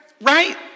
right